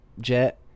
jet